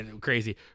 crazy